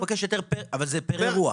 אבל זה פר אירוע.